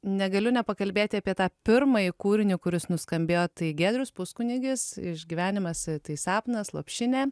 negaliu nepakalbėti apie tą pirmąjį kūrinį kuris nuskambėjo tai giedrius puskunigis išgyvenimas tai sapnas lopšinė